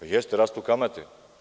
Jeste, rastu kamate.